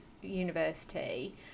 university